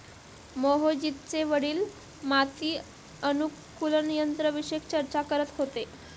मोहजितचे वडील माती अनुकूलक यंत्राविषयी चर्चा करत होते